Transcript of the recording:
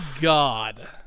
god